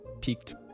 peaked